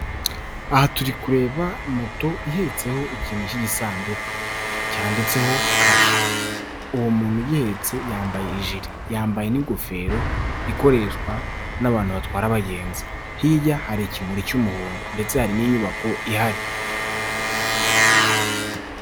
Aha turi kureba moto ihetseho ikintu cy'igisanduka, cyanditseho Kasha. Uwo muntu ugihetse yambaye ijire. Yambaye n'ingofero ikoreshwa n'abantu batwara abagenzi. Hirya hari ikimuri cy'umuhondo ndetse hari n'inyubako ihari.